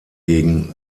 gegen